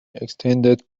extended